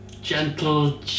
gentle